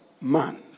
man